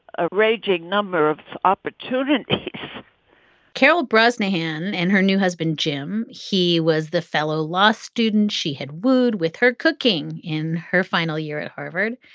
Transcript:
a raging number of opportunities carol brosnahan and her new husband, jim. he was the fellow law student. she had wooed with her cooking. in her final year at harvard.